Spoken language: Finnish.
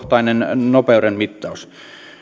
nopeuden mittaus